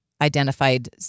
Identified